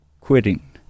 quitting